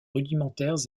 rudimentaires